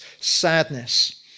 sadness